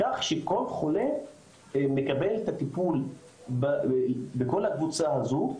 כך שכל חולה מקבל את הטיפול בכל הקבוצה הזו,